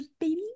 baby